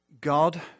God